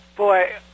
Boy